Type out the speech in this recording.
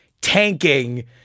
tanking